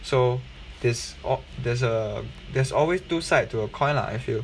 so this or there's a there's always two side to a coin lah I feel